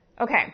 Okay